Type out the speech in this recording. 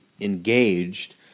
engaged